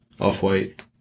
Off-White